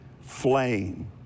flame